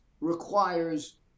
requires